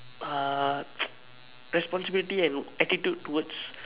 ah responsibility and attitude towards